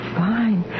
fine